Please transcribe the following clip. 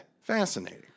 Fascinating